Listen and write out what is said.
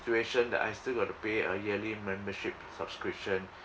situation that I still got to be a yearly membership subscription